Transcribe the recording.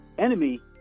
Enemy